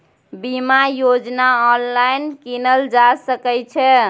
बीमा योजना ऑनलाइन कीनल जा सकै छै?